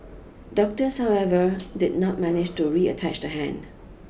doctors however did not manage to reattach the hand